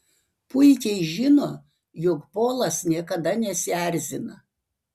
puikiai žino jog polas niekada nesierzina